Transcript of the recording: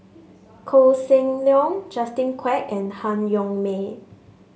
Koh Seng Leong Justin Quek and Han Yong May